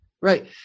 right